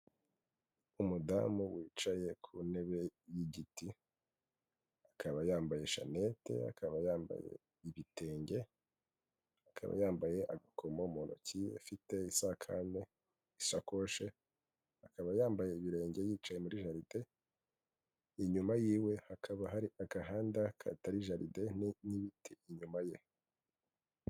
Umudamu wicaye ku ntebe y'igiti. Akaba yambaye shanete, akaba yambaye ibitenge, akaba yambaye agakomo mu ntoki, afite isakame isakoshi, akaba yambaye ibirenge yicaye muri jaride, inyuma y'iwe hakaba hari agahanda katari jaride, n'ibiti inyuma ye.